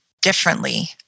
differently